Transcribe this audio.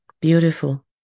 Beautiful